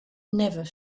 never